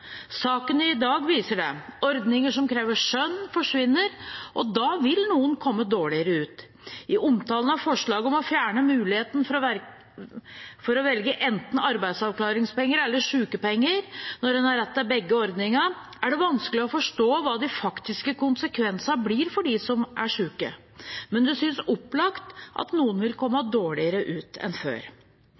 i dag viser det. Ordninger som krever skjønn, forsvinner, og da vil noen komme dårligere ut. I omtalen av forslaget om å fjerne muligheten for å velge enten arbeidsavklaringspenger eller sjukepenger når en har rett til begge ordningene, er det vanskelig å forstå hva de faktiske konsekvensene blir for dem som er sjuke, men det synes opplagt at noen vil komme dårligere ut enn før.